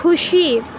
खुसी